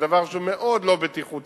דבר שהוא מאוד לא בטיחותי.